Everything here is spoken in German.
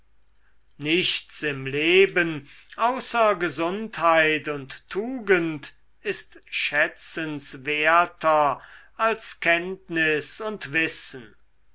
nichts im leben außer gesundheit und tugend ist schätzenswerter als kenntnis und wissen